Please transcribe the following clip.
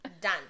done